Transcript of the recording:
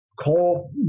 call